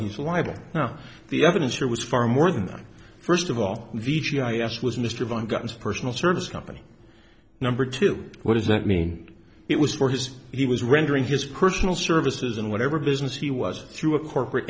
he's liable now the evidence or was far more than that first of all the g i s was mr von got his personal service company number two what does that mean it was for his he was rendering his personal services and whatever business he was through a corporate